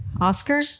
Oscar